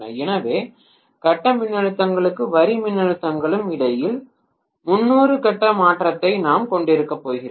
எனவே கட்ட மின்னழுத்தங்களுக்கும் வரி மின்னழுத்தங்களுக்கும் இடையில் 300 கட்ட மாற்றத்தை நாம் கொண்டிருக்கப்போகிறோம்